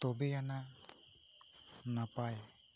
ᱛᱚᱵᱮᱭᱟᱱᱟᱜ ᱱᱟᱯᱟᱭ